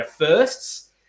firsts